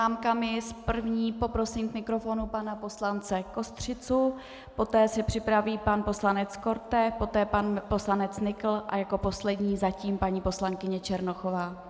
S první poprosím k mikrofonu pana poslance Kostřicu, poté se připraví pan poslanec Korte, poté pan poslanec Nykl a jako poslední zatím paní poslankyně Černochová.